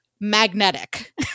magnetic